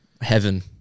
Heaven